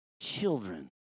children